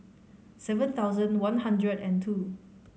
seven thousand one hundred and two